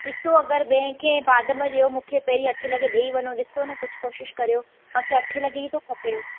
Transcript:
ॾिसो अगरि ॿिए खे बादि में ॾियो मूंखे पहिरीं अठें लॻे ॾेई वञो ॾिसो न कुझु कोशिश करियो मूंखे अठें लॻे ई थो खपे